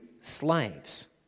slaves